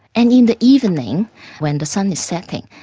and in the evening when the sun is setting,